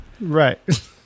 right